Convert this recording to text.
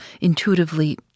intuitively